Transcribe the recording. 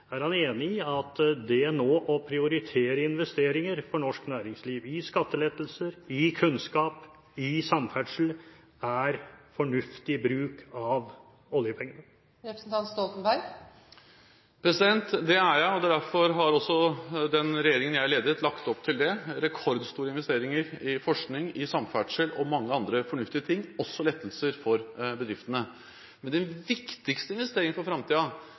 Er han enig i at det å prioritere investeringer for norsk næringsliv nå – i skattelettelser, i kunnskap, i samferdsel – er fornuftig bruk av oljepengene? Det er jeg, og derfor har også den regjeringen jeg ledet, lagt opp til det: rekordstore investeringer i forskning, samferdsel og mange andre fornuftige ting – og også lettelser for bedriftene. Men den viktigste investeringen for